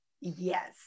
Yes